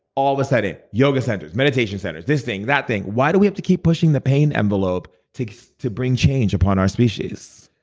all of a sudden, yoga centers, meditation centers, this thing, that thing why do we have to keep pushing the pain envelope to to bring change upon our species?